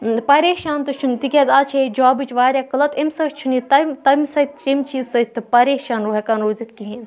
پریشان تہِ چھُنہٕ تِکیٛازِ آز چھِ یہِ جابٕچ واریاہ قٕلتھ ایٚمہِ سۭتۍ چھُنہٕ یہِ تمہِ تمہِ سۭتۍ چھِ امہِ چیٖز سۭتۍ تہِ پریشان ہیٚکان روٗزِتھ کِہیٖنۍ